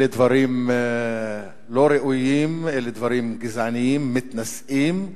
אלה דברים לא ראויים, אלה דברים גזעניים, מתנשאים.